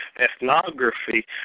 ethnography